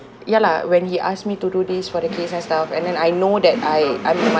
ya lah when he asked me to do this for the kids and stuff and then I know that I I'm the mother